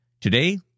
Today